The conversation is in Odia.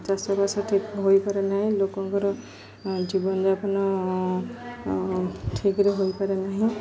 ଚାଷବାସ ଠିକ୍ ହୋଇପାରେ ନାହିଁ ଲୋକଙ୍କର ଜୀବନଯାପନ ଠିକ୍ରେ ହୋଇପାରେ ନାହିଁ